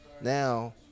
now